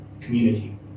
community